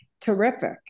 terrific